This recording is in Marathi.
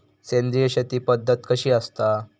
सेंद्रिय शेती पद्धत कशी असता?